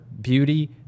beauty